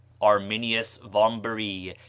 arminius vambery,